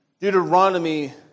Deuteronomy